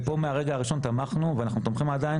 נכון ופה מהרגע הראשון תמכנו ואנחנו עדיין